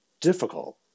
difficult